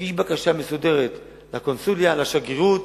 יגיש בקשה מסודרת לקונסוליה, לשגרירות,